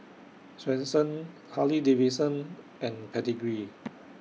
Swensens Harley Davidson and Pedigree